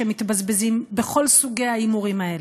שמתבזבזים בכל סוגי ההימורים האלה.